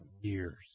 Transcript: years